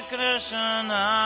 Krishna